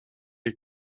est